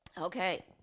Okay